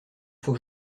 faut